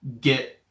get